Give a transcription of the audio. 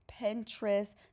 Pinterest